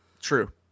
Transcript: True